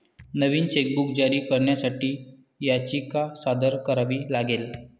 नवीन chequebook जारी करण्यासाठी याचिका सादर करावी लागेल